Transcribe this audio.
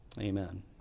Amen